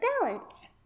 balance